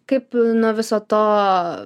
kaip nuo viso to